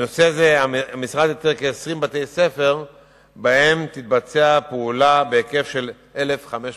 בנושא זה המשרד איתר כ-20 בתי-ספר שבהם תתבצע הפעולה בהיקף של 1,500